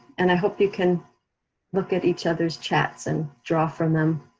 and i hope you can look at each other's chats and draw from them.